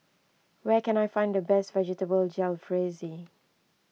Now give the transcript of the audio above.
where can I find the best Vegetable Jalfrezi